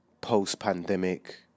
post-pandemic